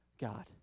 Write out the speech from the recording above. God